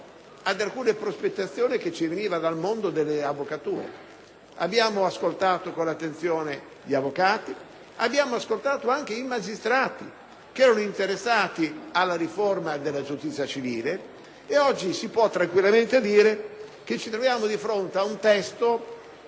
di alcune prospettazioni che ci venivano dal mondo della avvocatura: abbiamo ascoltato con attenzione gli avvocati ed anche i magistrati, che erano interessati alla riforma della giustizia civile e oggi si può tranquillamente dire che ci troviamo di fronte ad un testo